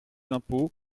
impôts